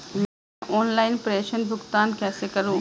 मैं ऑनलाइन प्रेषण भुगतान कैसे करूँ?